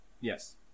Yes